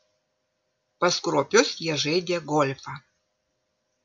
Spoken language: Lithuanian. pas kruopius jie žaidė golfą